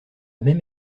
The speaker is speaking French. même